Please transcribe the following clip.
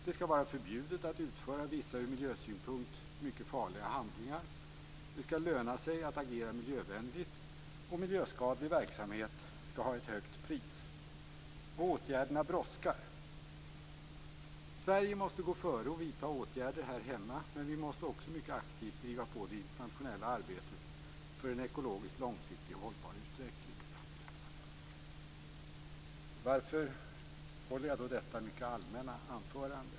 Det ska vara förbjudet att utföra vissa ur miljösynpunkt mycket farliga handlingar, det ska löna sig att agera miljövänligt och miljöskadlig verksamhet ska ha ett högt pris. Och åtgärderna brådskar. Sverige måste gå före och vidta åtgärder här hemma, men vi måste också mycket aktivt driva på det internationella arbetet för en ekologiskt långsiktigt hållbar utveckling. Varför håller jag då detta mycket allmänna anförande?